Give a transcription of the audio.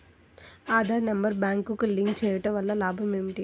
Aadhaar number బ్యాంక్నకు link చేయుటవల్ల లాభం ఏమిటి?